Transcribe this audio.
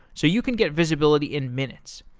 so you can get visibility in minutes.